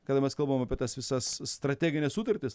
kada mes kalbam apie tas visas strategines sutartis